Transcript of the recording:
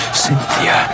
cynthia